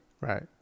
Right